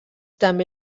també